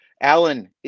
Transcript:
Alan